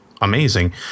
amazing